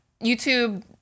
YouTube